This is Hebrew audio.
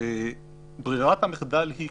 ברירת המחדל היא,